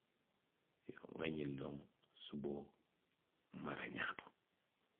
Iyoo, nŋa ňiŋ ne loŋ suboo maraňaa to.